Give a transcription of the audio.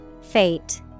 Fate